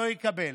לא יקבל,